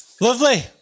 Lovely